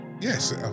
Yes